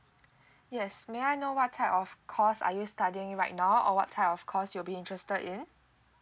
yes may I know what type of course are you studying right now or what type of course you'll be interested in